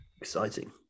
Exciting